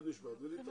גם